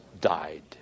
died